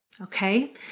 Okay